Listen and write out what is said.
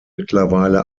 mittlerweile